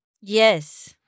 yes